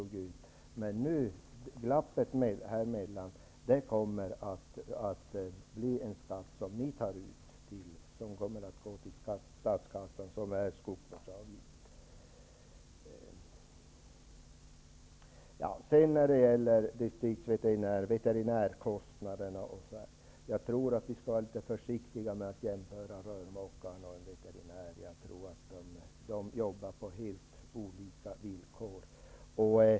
Glappet här emellan kommer att bli en skatt som ni tar ut och som kommer att gå till statskassan, skogsvårdsavgiften. När det gäller distriktsveterinärerna och kostnaderna tror jag att vi skall vara litet försiktiga med att jämföra rörmokare och veterinärer. Jag tror att de jobbar på helt olika villkor.